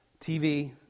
TV